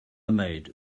maid